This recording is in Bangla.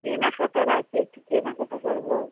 কেনাকাটার আছে একটু কেনাকাটা করব